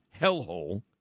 hellhole